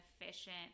efficient